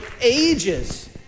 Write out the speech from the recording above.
ages